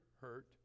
hurt